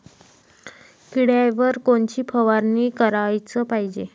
किड्याइवर कोनची फवारनी कराच पायजे?